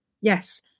yes